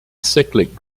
cyclic